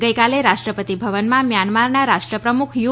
ગઈકાલે રાષ્ટ્રપતિ ભવનમાં મ્યાનમારના રાષ્ટ્રપ્રમુખ યુ